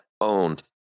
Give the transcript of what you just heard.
owned